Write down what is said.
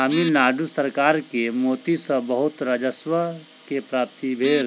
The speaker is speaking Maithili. तमिल नाडु सरकार के मोती सॅ बहुत राजस्व के प्राप्ति भेल